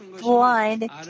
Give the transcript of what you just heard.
blind